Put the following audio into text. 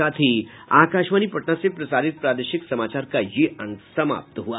इसके साथ ही आकाशवाणी पटना से प्रसारित प्रादेशिक समाचार का ये अंक समाप्त हुआ